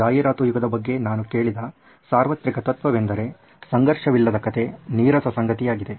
ಈ ಜಾಹೀರಾತು ಯುಗದ ಬಗ್ಗೆ ನಾನು ಕೇಳಿದ ಸಾರ್ವತ್ರಿಕ ತತ್ವವೆಂದರೆ ಸಂಘರ್ಷವಿಲ್ಲದ ಕಥೆ ನೀರಸ ಸಂಗತಿಯಾಗಿದೆ